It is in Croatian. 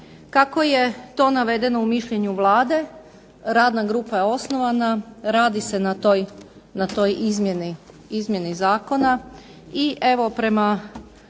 kako je to navedeno u mišljenju Vlade. Radna grupa je osnovana, radi se na toj izmjeni zakona